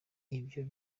ibyo